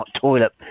Toilet